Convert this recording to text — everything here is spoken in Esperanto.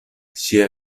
ŝia